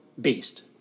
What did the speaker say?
beast